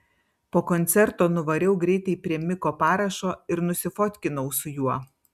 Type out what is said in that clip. po koncerto nuvariau greitai prie miko parašo ir nusifotkinau su juo